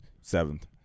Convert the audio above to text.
seventh